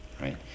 right